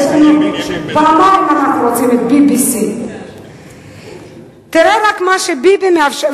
אז יש לנו כבר פעמיים למה אנחנו רוצים את BBC. תראה רק מה שביבי מאפשר,